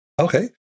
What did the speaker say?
Okay